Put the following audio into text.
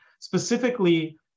specifically